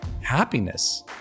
happiness